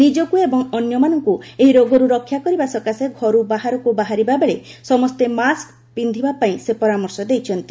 ନିଜକୁ ଏବଂ ଅନ୍ୟମାନଙ୍କୁ ଏହି ରୋଗରୁ ରକ୍ଷା କରିବା ସକାଶେ ଘରୁ ବାହାରକୁ ବାହାରିବା ବେଳେ ସମସ୍ତେ ମାସ୍କ ପିନ୍ଧିବାପାଇଁ ସେ ପରାମର୍ଶ ଦେଇଛନ୍ତି